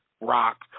Rock